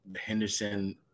Henderson